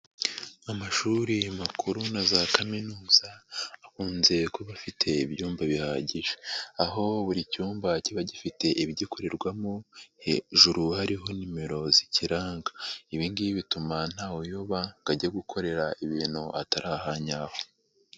Amashuri makuru na za kaminuza akunze kuba afite ibyumba bihagije, aho buri cyumba kiba gifite ibigikorerwamo hejuru hariho nimero zikiranga, ibi ngibi bituma ntaweyoba ngo ajye gukorera ibintu ahatari aha nyaho.